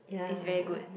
is very good